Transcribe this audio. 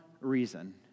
reason